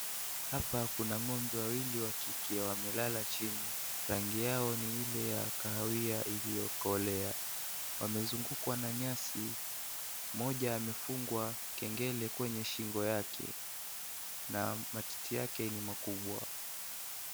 Hapa kuna ng'ombe wawili wa kike wamelala chini rangi yao ni Ile ya kahawia iliyokolea wamezungukwa na nyasi moja amefungwa kengele kwenye shingo yake na matiti yake ni makubwa.